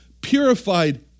purified